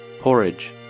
Porridge